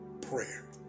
prayer